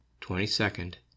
twenty-second